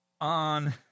on